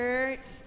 Church